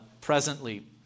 presently